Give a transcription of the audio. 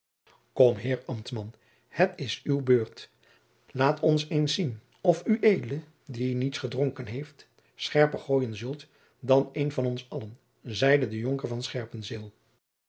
kom heer ambtman het is uw beurt laat ons eens zien of ued die niets gedronken heeft scherper gooien zult dan een van ons allen zeide de jonker